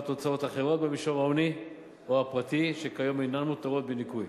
הוצאות אחרות במישור ההוני או הפרטי שכיום אינן מותרות בניכוי.